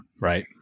right